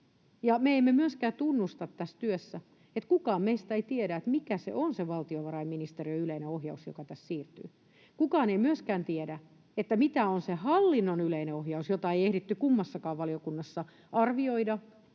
Me emme myöskään tunnusta tässä työssä, että kukaan meistä ei tiedä, mikä se on se valtiovarainministeriön yleinen ohjaus, joka tässä siirtyy. Kukaan ei myöskään tiedä, mitä on se hallinnon yleinen ohjaus, jota ei ehditty kummassakaan valiokunnassa arvioida